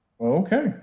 Okay